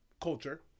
culture